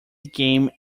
game